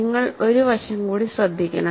നിങ്ങൾ ഒരു വശം കൂടി ശ്രദ്ധിക്കണം